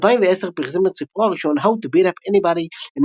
בשנת 2010 פרסם את ספרו הראשון "How to Beat Up Anybody An